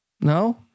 no